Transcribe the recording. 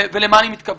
ולמה אני מתכוון?